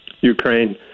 Ukraine